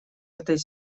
этой